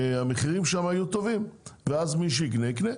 שהמחירים כבר יהיו טובים ואז מי שיקנה, יקנה.